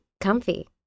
comfy